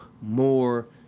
more